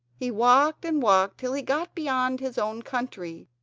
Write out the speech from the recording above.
he walked and walked till he got beyond his own country,